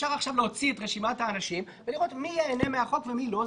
אפשר עכשיו להוציא את רשימת האנשים ולראות מי ייהנה מהחוק ומי לא,